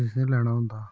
decision लैना हुंदा